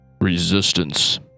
resistance